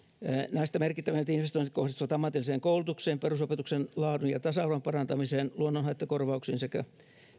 näistä merkittävimmät investoinnit kohdistuvat ammatilliseen koulutukseen perusopetuksen laadun ja tasa arvon parantamiseen luonnonhaittakorvauksiin sekä